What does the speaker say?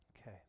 Okay